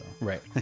right